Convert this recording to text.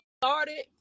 started